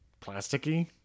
plasticky